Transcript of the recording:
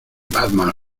batman